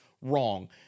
wrong